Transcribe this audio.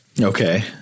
Okay